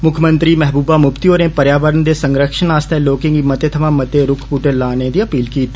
मुक्खमंत्री महबूबा मुफ्ती होरे पर्यावरण दे संरक्षण आस्तै लोके गी मते थमा मते रुक्ख बूहटे लाने दी अपील कीती